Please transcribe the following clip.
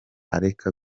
areke